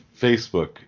Facebook